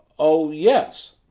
oh. yes,